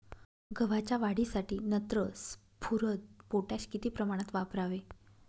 गव्हाच्या वाढीसाठी नत्र, स्फुरद, पोटॅश किती प्रमाणात वापरावे?